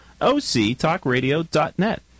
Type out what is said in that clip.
octalkradio.net